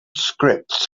scripts